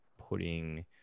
putting